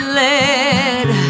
led